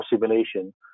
simulation